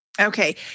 Okay